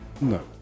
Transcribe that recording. No